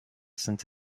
since